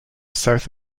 south